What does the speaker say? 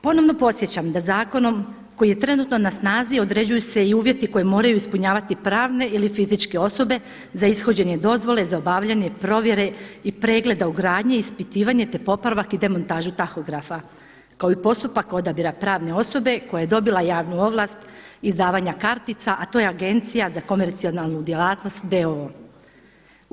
Ponovno podsjećam da zakonom koji je trenutno na snazi određuju se i uvjeti koje moraju ispunjavati pravne ili fizičke osobe za ishođenje dozvole za obavljanje provjere i pregleda ugradnje, ispitivanje, te popravak i demontažu tahografa kao i postupak odabira pravne osobe koja je dobila javnu ovlast izdavanja kartica, a to je Agencija za komercijalnu djelatnost d.o.o.